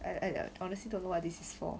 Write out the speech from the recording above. I I honestly don't know what this is for